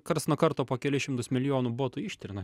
karts nuo karto po kelis šimtus milijonų botų ištrina